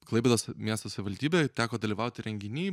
klaipėdos miesto savivaldybėj teko dalyvauti renginy